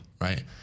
right